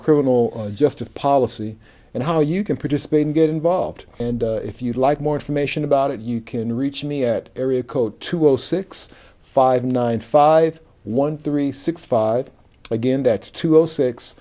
criminal justice policy and how you can participate and get involved and if you'd like more information about it you can reach me at area code two zero six five nine five one three six five again that's